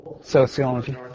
sociology